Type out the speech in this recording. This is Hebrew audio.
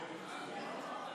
בסדר.